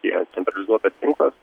ėjo centralizuotas tinklas